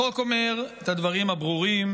החוק אומר את הדברים הברורים,